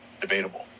debatable